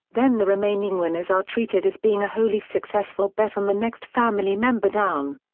then the remaining winners are treated as being a wholly successful bet on the next family member down.